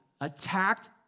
Attacked